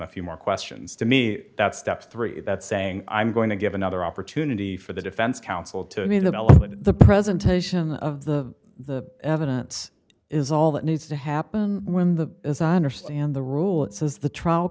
a few more questions to me that's step three that's saying i'm going to give another opportunity for the defense counsel to mean that the presentation of the evidence is all that needs to happen when the isn't or stand the rule it says the trial